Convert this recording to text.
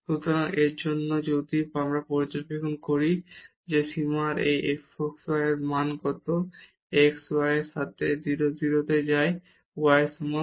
সুতরাং এর জন্য যদি আমরা পর্যবেক্ষণ করি যে এই সীমার এই f xy এর মান কত যখন x y x এর সাথে 0 0 তে যায় y এর সমান